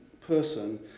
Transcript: person